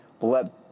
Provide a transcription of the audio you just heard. let